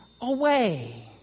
away